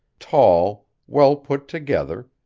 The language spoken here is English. tall, well put together,